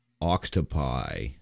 octopi